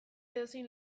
edozein